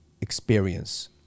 experience